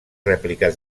rèpliques